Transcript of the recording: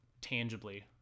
tangibly